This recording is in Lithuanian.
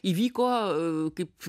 įvyko kaip